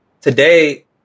today